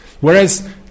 Whereas